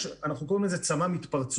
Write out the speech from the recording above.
אנחנו קוראים לזה: צמ"מ התפרצויות.